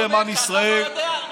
שאפילו אתה לא יודע,